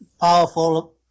powerful